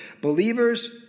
believers